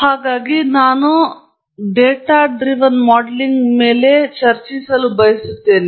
ಹಾಗಾಗಿ ನಾನು ಅದರ ಮೇಲೆ ಕೇಂದ್ರೀಕರಿಸಲು ಬಯಸುತ್ತೇನೆ